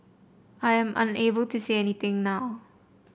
I am unable to say anything now